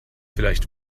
vielleicht